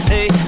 Hey